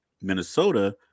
Minnesota